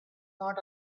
not